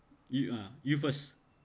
you uh you first